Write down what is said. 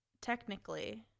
technically